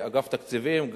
אגף תקציבים,